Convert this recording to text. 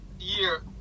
year